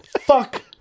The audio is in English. Fuck